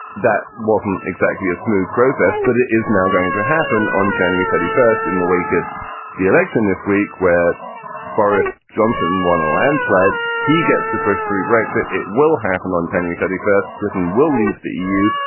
that wasn't exactly a smooth process, but it is now going to happen on january twenty first in the wake of the election this week where boris johnson won in a landslide. he gets to push through brexit. it will happen on january twenty first. britain will leave the eu.